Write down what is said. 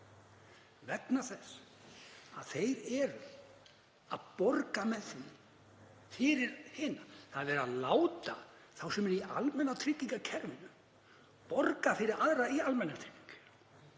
vegna þess að þeir eru að borga með því fyrir hina. Það er verið að láta þá sem eru í almenna tryggingakerfinu borga fyrir aðra í almannatryggingar.